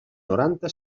noranta